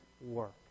work